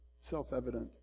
self-evident